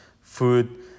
food